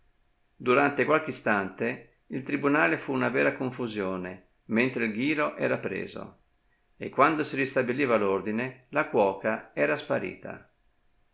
durante qualche istante il tribunale fu una vera confusione mentre il ghiro era preso e quando si ristabiliva l'ordine la cuoca era sparita